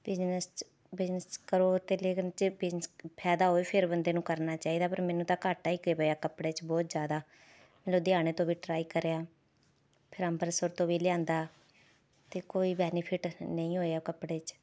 business 'ਚ business ਕਰੋ ਤੇ ਲੇਕਿਨ ਜੇ ਬਿਜ਼ਨਸ ਫਾਇਦਾ ਹੋਵੇ ਫੇਰ ਬੰਦੇ ਨੂੰ ਕਰਨਾ ਚਾਹੀਦਾ ਪਰ ਮੈਨੂੰ ਤਾਂ ਘਾਟਾ ਹੀ ਇੱਕ ਪਿਆ ਕੱਪੜੇ 'ਚ ਬਹੁਤ ਜ਼ਿਆਦਾ ਲੁਧਿਆਣੇ ਤੋਂ ਵੀ ਟ੍ਰਾਈ ਕਰਿਆ ਫਿਰ ਅੰਬਰਸਰ ਤੋਂ ਵੀ ਲਿਆਂਦਾ ਅਤੇ ਕੋਈ ਬੈਨੀਫਿਟ ਨਹੀਂ ਹੋਇਆ ਕੱਪੜੇ 'ਚ